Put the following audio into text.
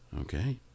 Okay